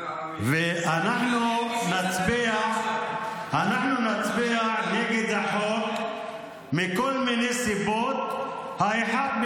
--- אנחנו נצביע נגד החוק מכל מיני סיבות: האחת,